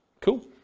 Cool